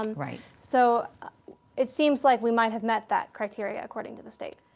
um right. so it seems like we might have met that criteria according to the state.